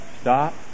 stop